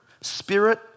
spirit